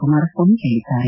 ಕುಮಾರಸ್ನಾಮಿ ಹೇಳಿದ್ದಾರೆ